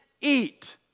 Eat